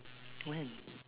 when